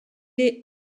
est